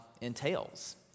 entails